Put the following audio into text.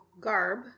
garb